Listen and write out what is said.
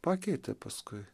pakeitė paskui